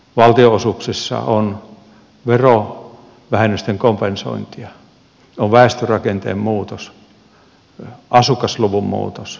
valtionosuuksissa on verovähennysten kompensointia on väestörakenteen muutos asukasluvun muutos ja uudet tehtävät